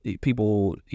people